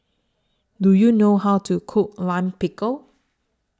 Do YOU know How to Cook Lime Pickle